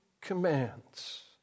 commands